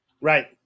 Right